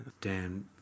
Dan